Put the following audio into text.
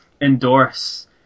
endorse